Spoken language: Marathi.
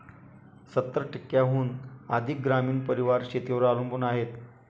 सत्तर टक्क्यांहून अधिक ग्रामीण परिवार शेतीवर अवलंबून आहेत